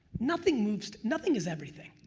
nothing moves, nothing is everything.